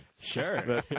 Sure